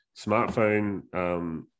smartphone –